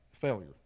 failure